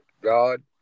God